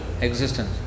existence